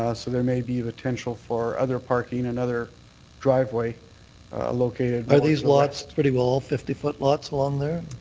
ah so there may be a potential for other parking and other driveway located are these lots pretty well all fifty foot lots along there?